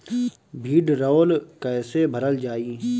भीडरौल कैसे भरल जाइ?